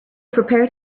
prepared